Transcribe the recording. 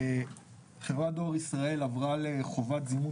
חברת דואר ישראל עברה לחובת זימון